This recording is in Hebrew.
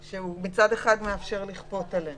מצד אחד הוא מאפשר לכפות עליהם